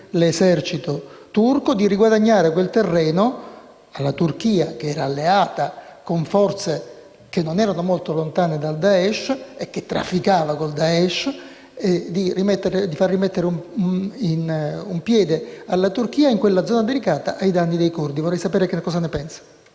l'esercito turco e di riguadagnare quel terreno alla Turchia, che era alleata con forze che non erano molto lontane da Daesh e che trafficava con Daesh, per farle rimettere un piede in quella zona delicata, ai danni dei curdi. Vorrei sapere cosa ne pensa.